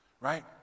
right